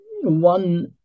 one